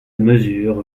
mesure